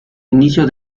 inicio